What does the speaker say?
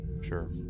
Sure